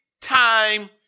time